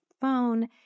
phone